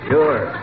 Sure